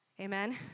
Amen